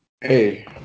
Hey